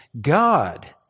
God